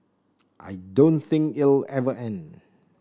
I don't think it'll ever end